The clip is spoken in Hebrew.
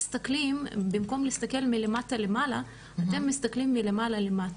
במקום להסתכל מלמטה למעלה אתם מסתכלים מלמעלה למטה,